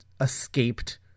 escaped